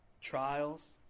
trials